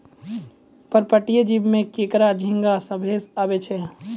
पर्पटीय जीव में केकड़ा, झींगा सभ्भे आवै छै